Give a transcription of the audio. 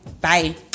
bye